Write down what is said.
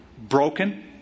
broken